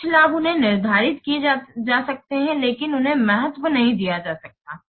कुछ लाभ उन्हें निर्धारित किए जा सकते हैं लेकिन उन्हें महत्व नहीं दिया जा सकता है